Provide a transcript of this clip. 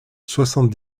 soixante